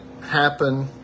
happen